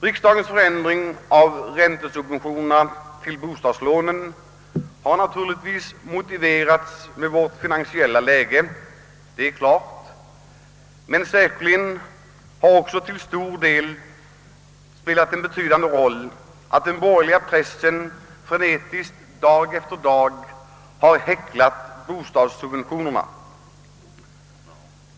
Riksdagens förändring av räntesubventionerna till bostadslånen har naturligtvis motiverats med vårt finansiella läge, men det har säkerligen också spelat en betydande roll att den borgerliga pressen frenetiskt dag efter dag har häcklat bostadssubventionerna.